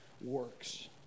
works